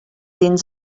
dins